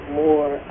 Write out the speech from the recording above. more